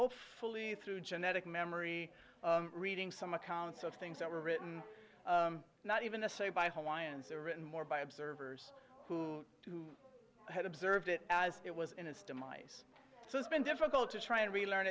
hopefully through genetic memory reading some accounts of things that were written not even a say by hawaiians or written more by observers who who had observed it as it was in its demise so it's been difficult to try and relearn